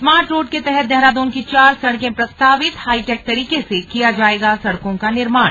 smart road के तहत देहरादून की चार सड़कें प्रस्तावितहाईटेक तरीके से किया जाएगा सड़कों का निर्माण